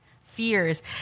fears